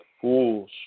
fools